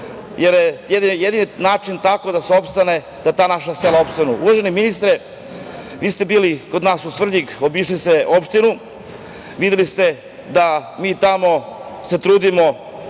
jer je jedini način da se tako opstane, da ta naša sela opstanu. Gospodine ministre, vi ste bili kod nas u Svrljig, obišli ste opštinu, i videli ste da mi se tamo trudimo